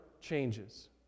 changes